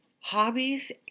hobbies